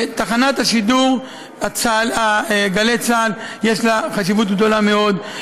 תחנת השידור גלי צה"ל, יש לה חשיבות גדולה מאוד.